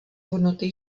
hodnoty